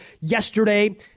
yesterday